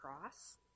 cross